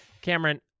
Cameron